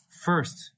first